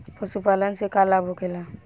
पशुपालन से का लाभ होखेला?